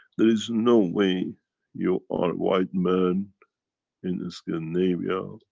there is no way you are white man in the scandinavia,